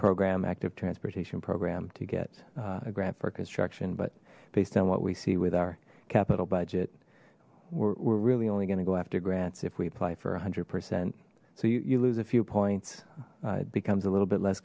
program active transportation program to get a grant for construction but based on what we see with our capital budget we're really only going to go after grants if we apply for a hundred percent so you lose a few points it becomes a little bit less